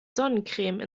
sonnencreme